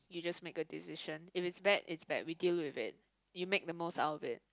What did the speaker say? you just make a decision if it's bad it's bad we deal with it you make the most out of it